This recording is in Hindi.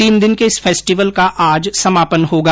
तीन दिन के इस फेस्टिवल का आज समापन होगा